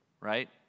Right